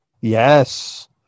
Yes